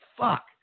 Fuck